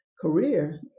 career